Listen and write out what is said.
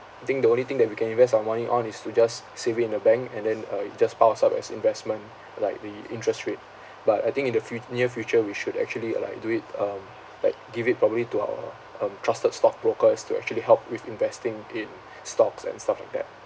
I think the only thing that we can invest our money on is to just save it in a bank and then uh just pass up as investment like the interest rate but I think in the fu~ near future we should actually uh like do it um like give it probably to our um trusted stockbroker as to actually help with investing in stocks and stuff like that